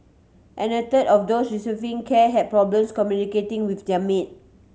and a third of those receiving care had problems communicating with their maid